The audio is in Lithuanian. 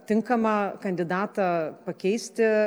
tinkamą kandidatą pakeisti